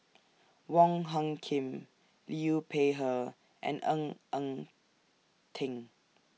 Wong Hung Khim Liu Peihe and Ng Eng Teng